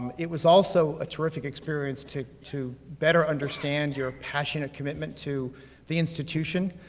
it was also a terrific experience to to better understand your passionate commitment to the institution,